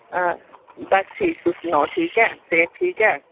बस ठीक तुस सनाओ ठीक ऐ सेह्त ठीक ऐ